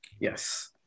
Yes